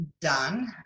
done